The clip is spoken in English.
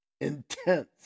intense